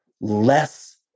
less